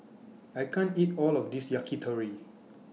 I can't eat All of This Yakitori